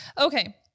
Okay